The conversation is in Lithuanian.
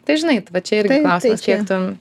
tai žinai va čia va čia irgi klausimas kiek tu